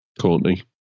Courtney